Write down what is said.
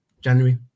January